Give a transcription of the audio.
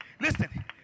Listen